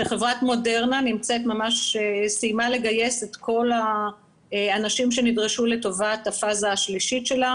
שחברת מודרנה סיימה לגייס את כל האנשים שנדרשו לטובת הפאזה השלישית שלה